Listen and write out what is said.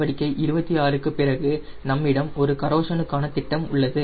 நடவடிக்கை 26 க்கு பிறகு நம்மிடம் ஒரு கரோஷனுக்கான திட்டம் உள்ளது